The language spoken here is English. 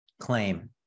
claim